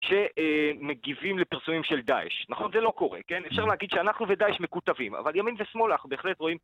שמגיבים לפרסומים של דאעש, נכון? זה לא קורה, כן? אפשר להגיד שאנחנו ודאעש מקוטבים, אבל ימין ושמאל אנחנו בהחלט רואים...